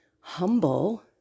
humble